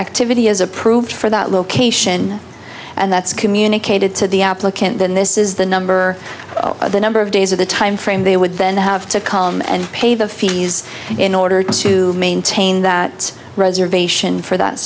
activity is approved for that location and that's communicated to the applicant then this is the number of the number of days or the time frame they would then have to come and pay the fees in order to maintain that reservation for that